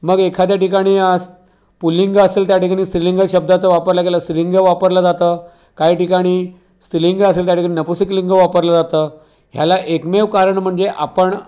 मग एखाद्या ठिकाणी असं पुल्लिंग असेल त्या ठिकाणी स्त्रीलिंग शब्दाचा वापरला गेला स्त्रीलिंग वापरल जातं काही ठिकाणी स्त्रीलिंग असेल त्या ठिकाणी नपुंसकलिंग वापरल जातं ह्याला एकमेव कारण म्हणजे आपण